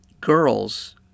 girls